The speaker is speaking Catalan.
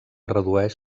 redueix